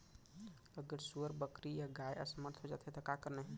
अगर सुअर, बकरी या गाय असमर्थ जाथे ता का करना हे?